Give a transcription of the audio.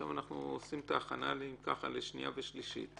אין ההצעה למזג את הצעת החוק הפרטית והצעת החוק הממשלתית נתקבלה.